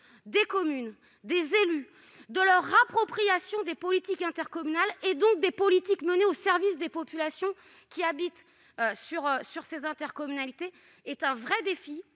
des communes, des élus, de leur appropriation des politiques intercommunales et, donc, des politiques menées au service des populations habitant au sein de ces intercommunalités constitue un vrai défi.